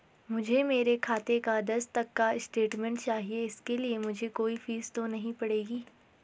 मुझे मेरे खाते का दस तक का स्टेटमेंट चाहिए इसके लिए मुझे कोई फीस तो नहीं पड़ेगी?